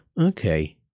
okay